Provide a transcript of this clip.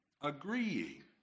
Agreeing